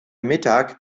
mittag